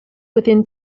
within